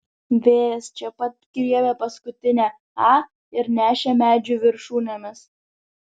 vėjas čia pat griebė paskutinę a ir nešė medžių viršūnėmis